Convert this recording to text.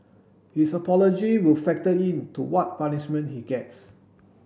his apology will factor in to what punishment he gets